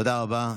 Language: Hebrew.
תודה רבה.